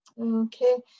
Okay